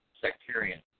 sectarian